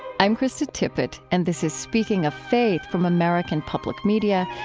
i'm krista tippett, and this is speaking of faith from american public media.